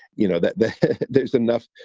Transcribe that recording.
you know that there's enough.